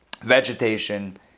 vegetation